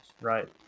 right